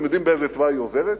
אתם יודעים באיזה תוואי היא עוברת?